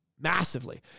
Massively